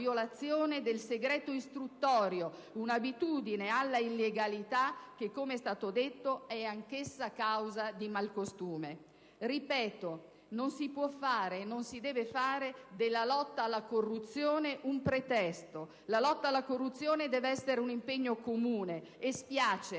del segreto istruttorio: un'abitudine alla illegalità che, come è stato detto, è anch'essa causa di malcostume. Ripeto, non si può fare e non si deve fare della lotta alla corruzione un pretesto. La lotta alla corruzione deve essere un impegno comune, e spiace